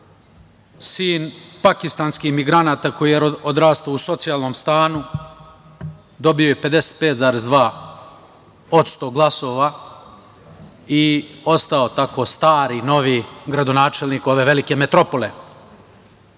sin pakistanskih migranata, koji je odrastao u socijalnom stanu. Dobio je 55,2% glasova i ostao tako stari-novi gradonačelnik ove velike metropole.